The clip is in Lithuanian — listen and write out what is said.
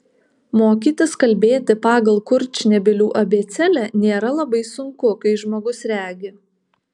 mokytis kalbėti pagal kurčnebylių abėcėlę nėra labai sunku kai žmogus regi